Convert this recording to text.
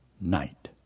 Night